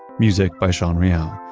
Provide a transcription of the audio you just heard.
music by sean real.